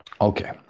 Okay